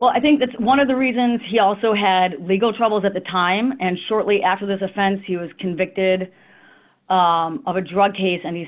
well i think that's one of the reasons he also had legal troubles at the time and shortly after this offense he was convicted of a drug case and he's